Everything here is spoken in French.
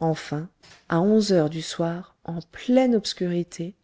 enfin à onze heures du soir en pleine obscurité